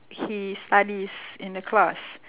he studies in the class